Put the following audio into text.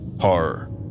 horror